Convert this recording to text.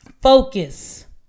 focus